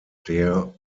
der